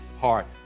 heart